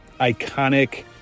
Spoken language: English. iconic